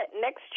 next